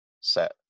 set